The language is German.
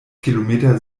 kilometer